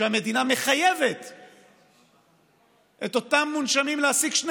שהמדינה מחייבת את אותם מונשמים להעסיק שני